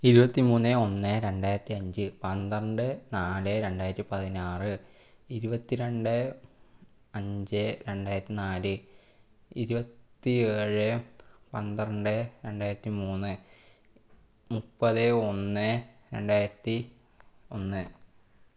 ഇരുപത്തിമൂന്ന് ഒന്ന് രണ്ടായിരത്തിയഞ്ച് പന്ത്രണ്ട് നാല് രണ്ടായിരത്തിപതിനാറ് ഇരുപത്തിരണ്ട് അഞ്ച് രണ്ടായിരത്തിനാല് ഇരുപത്തി ഏഴ് പന്ത്രണ്ട് രണ്ടായിരത്തി മൂന്ന് മുപ്പത് ഒന്ന് രണ്ടായിരത്തി ഒന്ന്